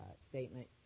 statement